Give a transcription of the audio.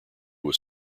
was